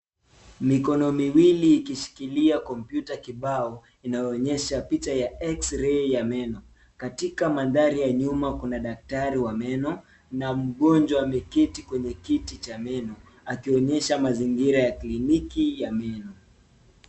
Mikono miwili ikishikilia kompyuta kibao, inaonyesha picha ya eksirei ya meno. Katika mandhari ya nyuma kuna daktari wa meno na mgonjwa ameketi kwenye kiti cha meno akionyesha mazingira ya kliniki ya meno.